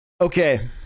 Okay